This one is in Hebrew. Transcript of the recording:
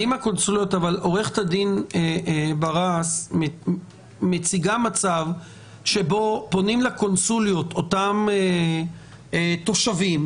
עורכת הדין ברס מציגה מצב שבו פונים לקונסוליות אותם תושבים,